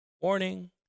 Warning